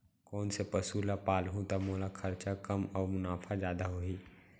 कोन से पसु ला पालहूँ त मोला खरचा कम अऊ मुनाफा जादा होही?